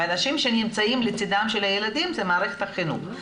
ואנשים שנמצאים לצידם של הילדים זה ממערכת החינוך.